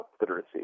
literacy